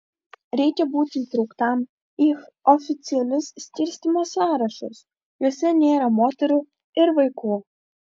reikia būti įtrauktam į oficialius skirstymo sąrašus juose nėra moterų ir vaikų